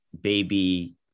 baby